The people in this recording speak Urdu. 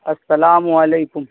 السلام علیکم